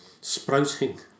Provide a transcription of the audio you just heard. sprouting